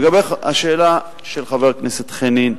לגבי השאלה של חבר הכנסת חנין,